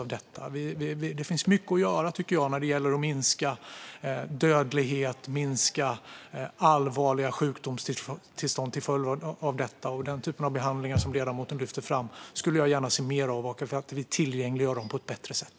Jag tycker att det finns mycket att göra när det gäller att minska dödlighet och allvarliga sjukdomstillstånd till följd av narkotika. Den typ av behandlingar som ledamoten lyfter fram skulle jag gärna se mer av, framför allt att de tillgängliggörs på ett bättre sätt.